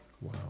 Wow